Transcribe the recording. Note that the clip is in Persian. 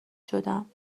شدم